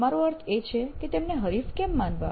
મારો અર્થ એ છે કે તેમને હરીફ કેમ માનવા